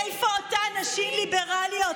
תגידי, איפה אותן נשים ליברליות?